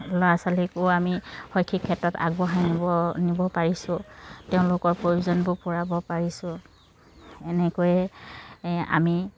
ল'ৰা ছোৱালীকো আমি শৈক্ষিক ক্ষেত্ৰত আগবঢ়াই নিব নিব পাৰিছোঁ তেওঁলোকৰ প্ৰয়োজনবোৰ পুৰাব পাৰিছোঁ এনেকৈয়ে আমি